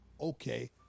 okay